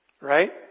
Right